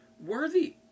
worthy